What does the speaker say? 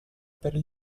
per